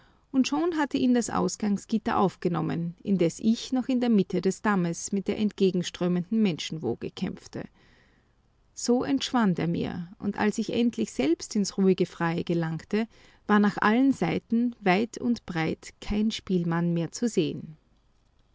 und schon hatte ihn das ausgangsgitter aufgenommen indes ich noch in der mitte des dammes mit der entgegenströmenden menschenwoge kämpfte so entschwand er mir und als ich endlich selbst ins ruhige freie gelangte war nach allen seiten weit und breit kein spielmann mehr zu sehen